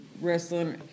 wrestling